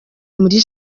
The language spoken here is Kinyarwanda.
muri